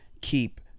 keep